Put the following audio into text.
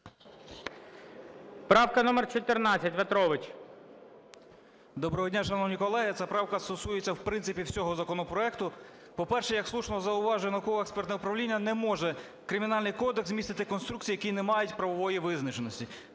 В’ЯТРОВИЧ В.М. Доброго дня, шановні колеги! Ця правка стосується в принципі всього законопроекту. По-перше, як слушно зауважує науково-експертне управління, не може Кримінальний кодекс містити конструкції, які не мають правової визначеності.